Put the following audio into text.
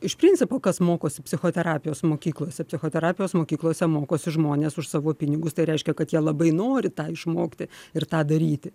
iš principo kas mokosi psichoterapijos mokyklose psichoterapijos mokyklose mokosi žmonės už savo pinigus tai reiškia kad jie labai nori tą išmokti ir tą daryti